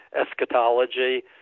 eschatology